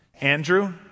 Andrew